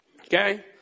Okay